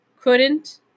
Couldn't